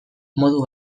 modu